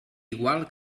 igual